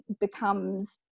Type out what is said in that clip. becomes